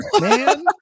man